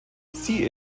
sie